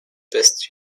best